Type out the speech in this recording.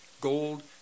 gold